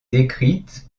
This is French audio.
décrite